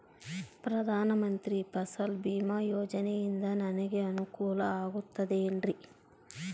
ಪ್ರಧಾನ ಮಂತ್ರಿ ಫಸಲ್ ಭೇಮಾ ಯೋಜನೆಯಿಂದ ನನಗೆ ಅನುಕೂಲ ಆಗುತ್ತದೆ ಎನ್ರಿ?